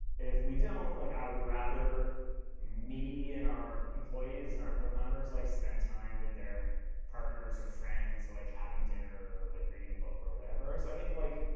if we don't, like i would rather me and our employees and our co-founders like spend time with their partners or friends or like having dinner or like reading a book or whatever so i think, like,